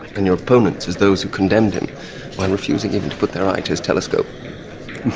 and your opponents as those who condemned him by refusing even to put their eye to his telescope.